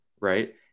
right